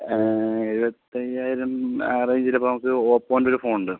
എഴുപത്തയ്യായിരം ആ റേഞ്ചിലിപ്പോൾ നമുക്ക് ഓപ്പോൻ്റെയൊരു ഫോണുണ്ട്